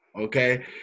okay